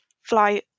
fly